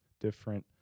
different